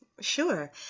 Sure